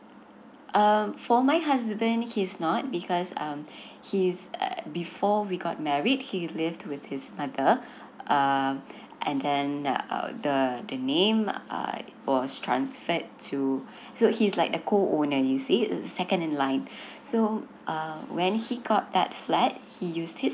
um for my husband he's not because um he's err before we got married he lived with his mother um and then uh the the name uh was transferred too so he's like a co owner you see second in line so uh when he got that flat he use his